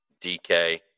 DK